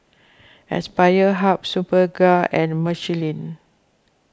Aspire Hub Superga and Michelin